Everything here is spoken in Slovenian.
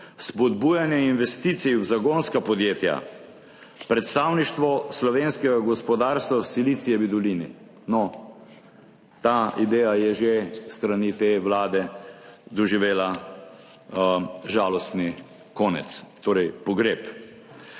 spodbujanje investicij v zagonska podjetja, predstavništvo slovenskega gospodarstva v Silicijevi dolini - no, ta ideja je že s strani te Vlade doživela žalostni konec, torej, pogreb.